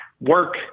work